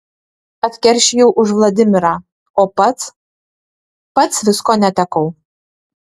atkeršijau už vladimirą o pats pats visko netekau